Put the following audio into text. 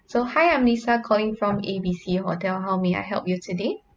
so hi I'm lisa calling from A_B_C hotel how may I help you today